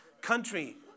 country